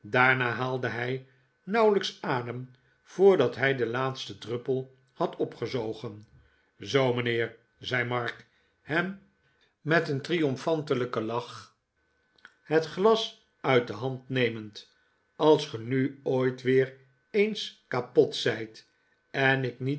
daarna haalde hij nauwelijks adem voordat hij den laatsten druppel had opgezogen zoo mijnheer zei mark hem met een triomfantelijken lach het glas uit de hand nemend als gij nu ooit weer eens kapot zijt en ik